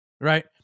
right